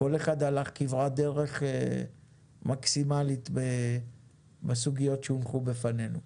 כל אחד הלך כברת דרך מקסימלית בסוגיות שהונחו בפנינו.